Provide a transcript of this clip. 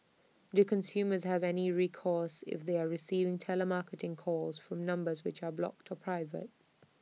do consumers have any recourse if they are receiving telemarketing calls from numbers which are blocked or private